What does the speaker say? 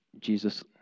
Jesus